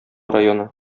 районы